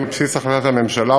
על בסיס החלטת הממשלה,